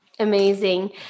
amazing